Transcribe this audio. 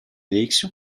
élection